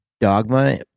dogma